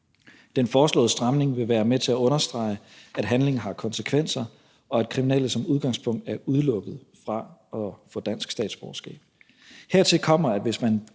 Den foreslåede stramning vil være med til at understrege, at handling har konsekvenser, og at kriminelle som udgangspunkt er udelukket fra at få dansk statsborgerskab. Hertil kommer, at hvis man